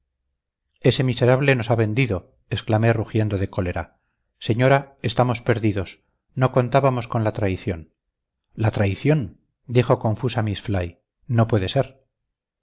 ese miserable nos ha vendido exclamé rugiendo de cólera señora estamos perdidos no contábamos con la traición la traición dijo confusa miss fly no puede ser